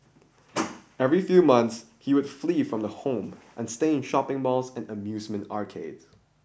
every few months he would flee from the home and stay in shopping malls and amusement arcades